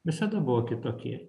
visada buvo kitokie